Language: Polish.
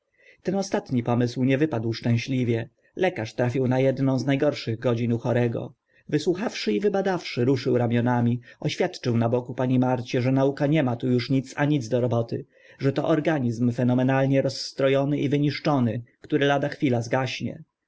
ten ostatni pomysł nie wypadł szczęśliwie lekarz trafił na edną z na gorszych godzin u chorego wysłuchawszy i wybadawszy ruszył ramionami oświadczył na boku pani marcie że nauka nie ma tu uż nic a nic do roboty że to organizm fenomenalnie rozstro ony i wyniszczony który lada chwila zgaśnie